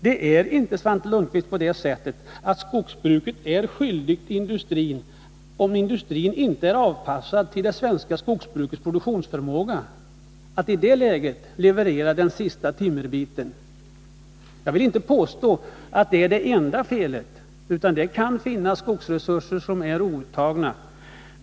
Det är inte, Svante Lundkvist, på det sättet att skogsbruket är skyldigt industrin — om industrin inte är avpassad till det svenska skogsbrukets produktionsförmåga — att leverera den sista timmerbiten. Jag vill inte påstå att det här är fråga om det enda felet, utan det kan finnas skogsresurser som är outtagna.